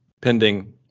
pending